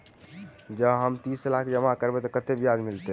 जँ हम तीस लाख जमा करबै तऽ केतना ब्याज मिलतै?